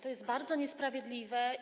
To jest bardzo niesprawiedliwe.